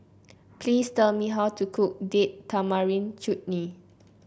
please tell me how to cook Date Tamarind Chutney